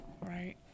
Right